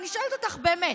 אני שואלת אותך באמת.